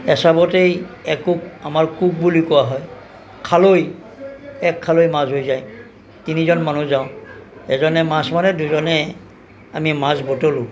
এচাবতেই একোব আমাৰ কোব বুলি কোৱা হয় খালৈ এক খালৈ মাছ হৈ যায় তিনিজন মানুহ যাওঁ এজনে মাছ মাৰে দুজনে আমি মাছ বুটলোঁ